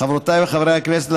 חברות וחברי הכנסת,